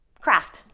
craft